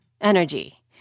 energy